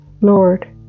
Lord